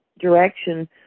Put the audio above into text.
direction